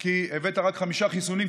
כי הבאת רק חמישה חיסונים,